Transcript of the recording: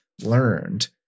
learned